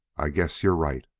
i guess you're right